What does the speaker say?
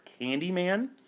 Candyman